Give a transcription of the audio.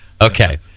Okay